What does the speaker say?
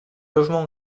logements